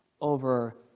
over